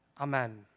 Amen